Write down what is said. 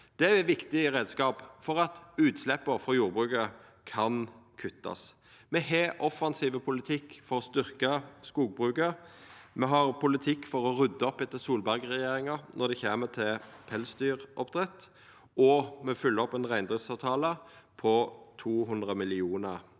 Det er ein viktig reiskap for at utsleppa frå jordbruket kan kuttast. Me har ein offensiv politikk for å styrkja skogbruket, me har politikk for å rydda opp etter Solberg-regjeringa når det gjeld pelsdyroppdrett, og me følgjer opp ein reindriftsavtale på 200 mill. kr.